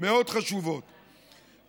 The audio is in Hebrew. חשובות מאוד,